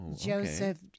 Joseph